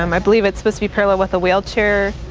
um i believe it's supposed to be parallel with the wheelchair,